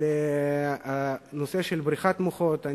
לנושא של בריחת מוחות.